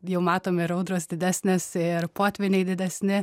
jau matom ir audros didesnės ir potvyniai didesni